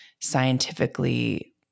scientifically